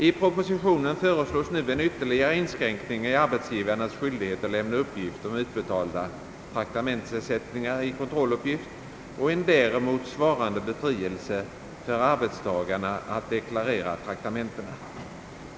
I propositionen föreslås nu en ytterligare inskränkning i arbetsgivarens skyldighet att lämna uppgift om utbetalda traktamentsersättningar i kontrolluppgift och en däremot svarande befrielse för arbetstagarna att deklarera traktamentena.